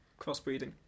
Crossbreeding